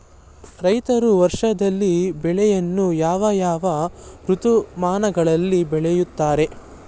ರೈತರು ವರ್ಷದಲ್ಲಿ ಬೆಳೆಯನ್ನು ಯಾವ ಯಾವ ಋತುಮಾನಗಳಲ್ಲಿ ಬೆಳೆಯುತ್ತಾರೆ?